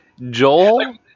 Joel